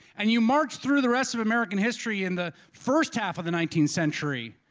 and you march through the rest of american history in the first half of the nineteenth century,